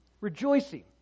Rejoicing